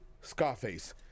Scarface